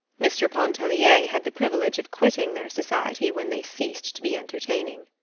mr. pontellier had the privilege of quitting their society when they ceased to be entertaining.